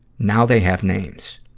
now they have names.